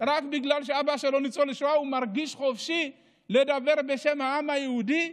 ורק בגלל שאבא שלו ניצול שואה הוא מרגיש חופשי לדבר בשם העם היהודי,